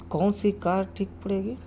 کون سی کار ٹھیک پڑے گی